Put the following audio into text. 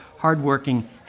hardworking